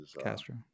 Castro